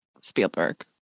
Spielberg